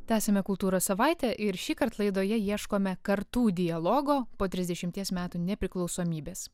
tęsiame kultūros savaitę ir šįkart laidoje ieškome kartų dialogo po trisdešimties metų nepriklausomybės